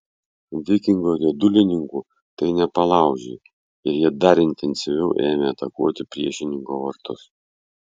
vikingo riedulininkų tai nepalaužė ir jie dar intensyviau ėmė atakuoti priešininko vartus